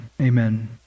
amen